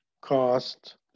cost